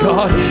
God